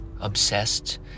obsessed